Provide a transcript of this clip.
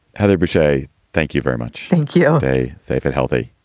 heather bridgeway, thank you very much. thank you. a safe and healthy